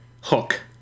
hook